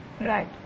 Right